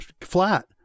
flat